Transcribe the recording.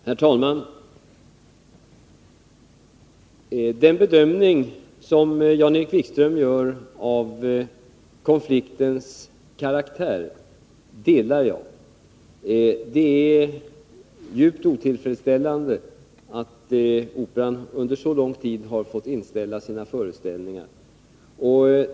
Herr talman! Den bedömning som Jan-Erik Wikström gör av konfliktens karaktär delar jag. Det är djupt otillfredsställande att Operan under lång tid har fått inställa sina föreställningar.